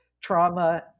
trauma